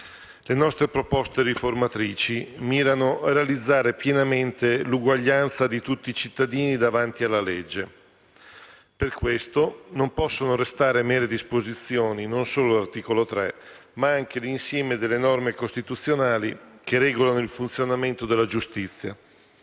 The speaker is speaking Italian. Le nostre proposte riformatrici mirano a realizzare pienamente l'uguaglianza di tutti i cittadini davanti alla legge. Per questo non possono restare mere disposizioni non solo l'articolo 3, ma anche l'insieme delle norme costituzionali che regolano il funzionamento della giustizia: